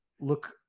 look